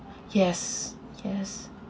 yes yes